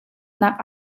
nak